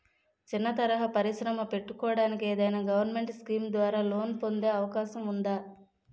చిన్న తరహా పరిశ్రమ పెట్టుకోటానికి ఏదైనా గవర్నమెంట్ స్కీం ద్వారా లోన్ పొందే అవకాశం ఉందా?